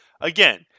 Again